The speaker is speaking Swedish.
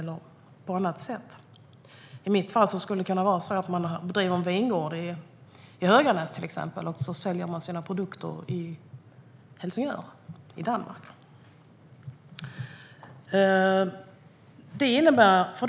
Det skulle till exempel vara så att man driver en vingård i Höganäs och säljer sina produkter i Helsingör i Danmark.